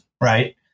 right